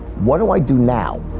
what do i do now?